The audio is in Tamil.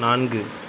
நான்கு